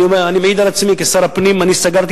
אני מעיד על עצמי שכשר הפנים סגרתי